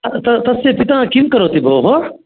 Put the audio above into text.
तस्य पिता किं करोति भोः